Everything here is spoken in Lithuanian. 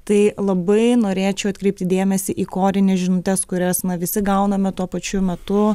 tai labai norėčiau atkreipti dėmesį į korinias žinutes kurias visi gauname tuo pačiu metu